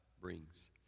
brings